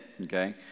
okay